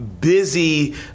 Busy